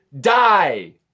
die